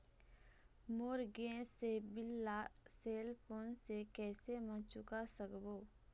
मोर gas के bill ला cell phone से कैसे म चुका सकबो?